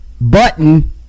button